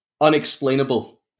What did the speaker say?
unexplainable